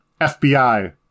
FBI